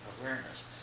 awareness